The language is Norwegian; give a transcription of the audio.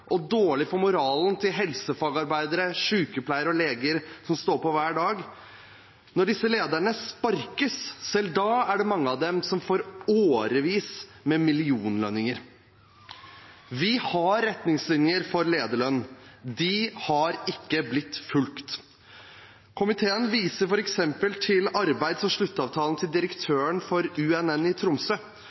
og dårlig for moralen til helsefagarbeidere, sykepleiere og leger som står på hver dag, er det at selv når disse lederne sparkes, er det mange av dem som får årevis med millionlønninger. Vi har retningslinjer for lederlønn. De har ikke blitt fulgt. Komiteen viser f.eks. til arbeids- og sluttavtalen til direktøren for UNN i Tromsø,